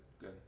Good